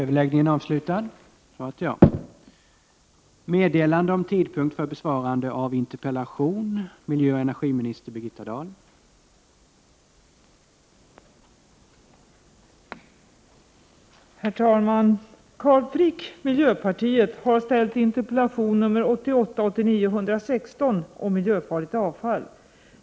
Herr talman! Carl Frick, miljöpartiet, har framställt interpellation 1988/89:116 om miljöfarligt avfall.